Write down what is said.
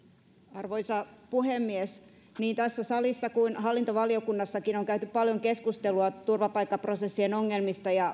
arvoisa puhemies niin tässä salissa kuin hallintovaliokunnassakin on käyty paljon keskustelua turvapaikkaprosessien ongelmista ja